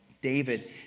David